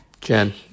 Jen